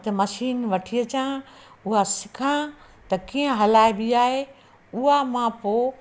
हुते मशीन वठी अचां हुआ सिखां त कीअं हलाइबी आहे उहा मां पोइ